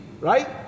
right